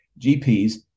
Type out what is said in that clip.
GP's